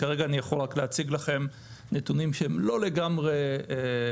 כרגע אני יכול רק להציג לכם נתונים שהם לא לגמרי גמורים.